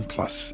Plus